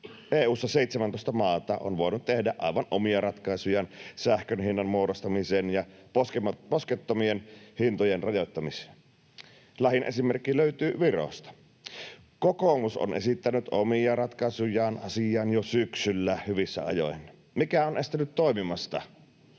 EU:ssa 17 maata on voinut tehdä aivan omia ratkaisujaan sähkön hinnan muodostumiseen ja poskettomien hintojen rajoittamiseen. Lähin esimerkki löytyy Virosta. Kokoomus on esittänyt omia ratkaisujaan asiaan jo syksyllä, hyvissä ajoin. Mikä on estänyt toimimasta?